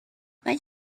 but